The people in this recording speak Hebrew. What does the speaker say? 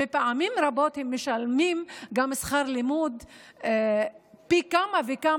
ופעמים רבות הם משלמים גם שכר לימוד פי כמה וכמה,